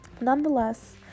nonetheless